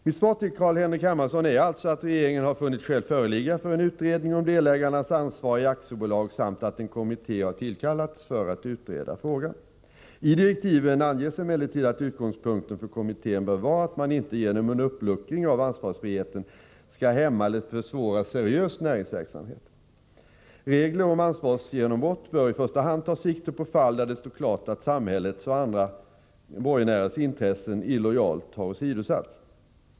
Mitt svar till Carl-Henrik Hermansson är alltså att regeringen har funnit skäl föreligga för en utredning om delägarnas ansvar i aktiebolag samt att en kommitté har tillkallats för att utreda frågan. I direktiven anges emellertid att utgångspunkten för kommittén bör vara att man inte genom en uppluckring av ansvarsfrihet skall hämma eller försvåra seriös näringsverksamhet. Regler om ansvarsgenombrott bör i första hand ta sikte på fall där det står klart att samhällets och andra borgenärers intressen illojalt har åsidosatts.